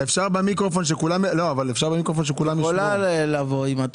לא, אבל מבחינה חשבונאית